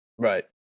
Right